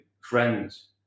friends